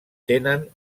tenen